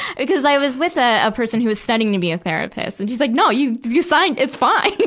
because i was with ah a person who was studying to be a therapist. and she's like, no. you, you signed it's fine.